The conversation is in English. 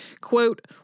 quote